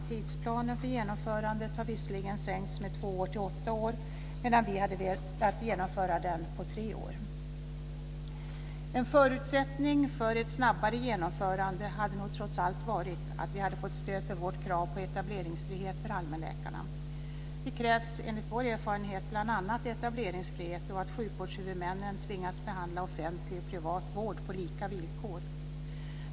Tidsplanen för genomförandet har visserligen sänkts med två år till åtta år, men vi hade velat genomföra den på tre år. En förutsättning för ett snabbare genomförande hade nog trots allt varit att vi hade fått stöd för vårt krav på etableringsfrihet för allmänläkarna. Det krävs enligt vår erfarenhet bl.a. etableringsfrihet och att sjukvårdshuvudmännen tvingas behandla offentlig och privat vård på lika villkor.